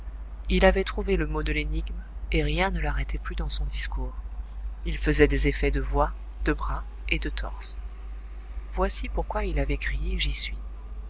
il avait trouvé le mot de l'énigme et rien ne l'arrêtait plus dans son discours il faisait des effets de voix de bras et de torse voici pourquoi il avait crié j'y suis